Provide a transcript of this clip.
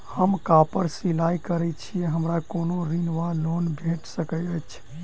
हम कापड़ सिलाई करै छीयै हमरा कोनो ऋण वा लोन भेट सकैत अछि?